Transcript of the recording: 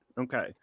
Okay